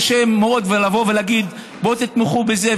קשה מאוד לבוא ולהגיד: בואו תתמכו בזה,